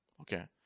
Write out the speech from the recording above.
Okay